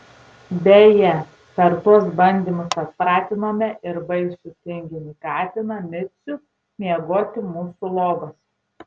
beje per tuos bandymus atpratinome ir baisų tinginį katiną micių miegoti mūsų lovose